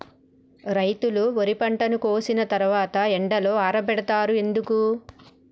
రైతులు వరి పంటను కోసిన తర్వాత ఎండలో ఆరబెడుతరు ఎందుకు?